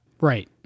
Right